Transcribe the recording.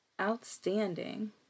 outstanding